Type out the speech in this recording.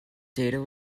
data